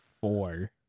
four